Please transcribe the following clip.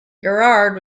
girard